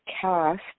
cast